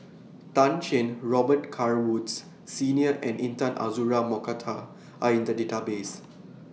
Tan Shen Robet Carr Woods Senior and Intan Azura Mokhtar Are in The Database